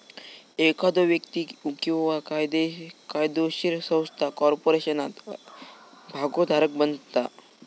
एखादो व्यक्ती किंवा कायदोशीर संस्था कॉर्पोरेशनात भागोधारक बनता